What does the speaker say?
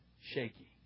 shaky